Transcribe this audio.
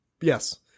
Yes